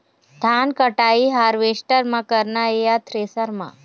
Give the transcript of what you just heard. धान कटाई हारवेस्टर म करना ये या थ्रेसर म?